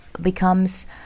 becomes